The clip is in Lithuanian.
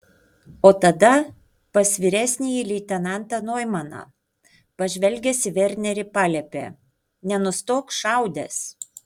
o tada pas vyresnįjį leitenantą noimaną pažvelgęs į vernerį paliepė nenustok šaudęs